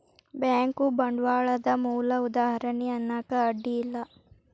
bank ಬಂಡ್ವಾಳದ್ ಮೂಲ ಉದಾಹಾರಣಿ ಅನ್ನಾಕ ಅಡ್ಡಿ ಇಲ್ಲಾ